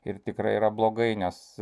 ir tikrai yra blogai nes